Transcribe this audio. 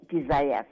desires